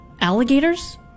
Alligators